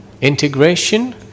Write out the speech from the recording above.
Integration